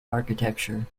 architecture